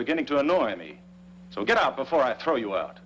beginning to annoy me so get out before i throw you out